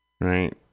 right